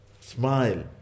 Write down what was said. smile